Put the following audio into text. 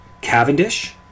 Cavendish